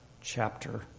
chapter